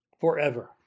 forever